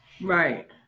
Right